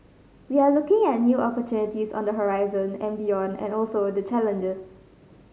we are looking at new opportunities on the horizon and beyond and also the challenges